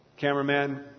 Cameraman